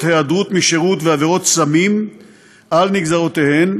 היעדרות משירות ועבירות סמים על נגזרותיהן,